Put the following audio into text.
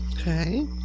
Okay